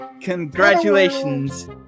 Congratulations